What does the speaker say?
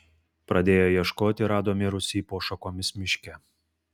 pradėję ieškoti rado mirusį po šakomis miške